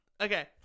Okay